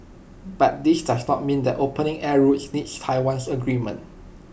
but this does not mean that opening air routes needs Taiwan's agreement